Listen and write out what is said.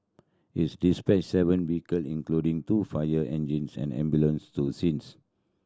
it dispatched seven vehicle including two fire engines and ambulance to scenes